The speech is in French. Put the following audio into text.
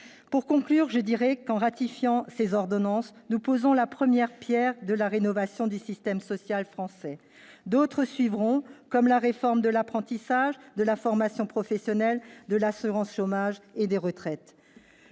Pour conclure, je dirais que, en ratifiant ces ordonnances, nous posons la première pierre de la rénovation du système social français. D'autres suivront, comme la réforme de l'apprentissage, de la formation professionnelle, de l'assurance chômage et des retraites.